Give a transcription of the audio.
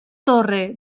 torre